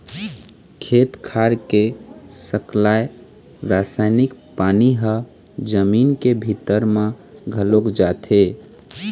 खेत खार के सकलाय रसायनिक पानी ह जमीन के भीतरी म घलोक जाथे